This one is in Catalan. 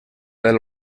del